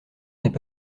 n’est